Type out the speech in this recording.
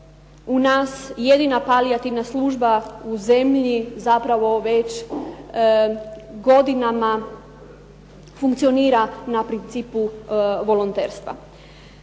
u nas jedina palijativna služba u zemlji zapravo već godinama funkcionira na principu volonterstva.